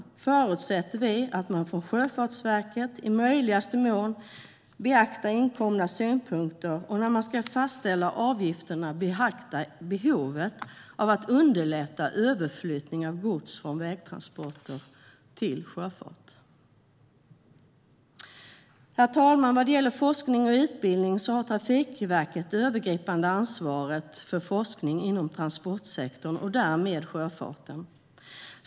Därför förutsätter vi att man från Sjöfartsverket i möjligaste mån beaktar inkomna synpunkter och att man, när man ska fastställa avgifterna, beaktar behovet av att underlätta överflyttning av gods från vägtransporter till sjöfart. Herr talman! Vad gäller forskning och utbildning har Trafikverket det övergripande ansvaret för forskning inom transportsektorn och därmed sjöfarten.